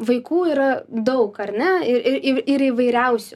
vaikų yra daug ar ne ir ir ir įvairiausių